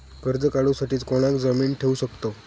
कर्ज काढूसाठी कोणाक जामीन ठेवू शकतव?